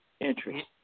interest